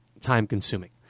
time-consuming